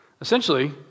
Essentially